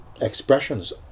expressions